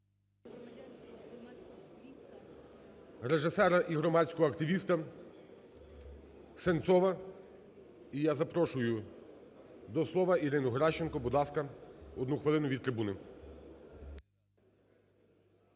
режисера і громадського активіста Сенцова. І я запрошую до слова Ірину Геращенко, будь ласка, одну хвилину від трибуни.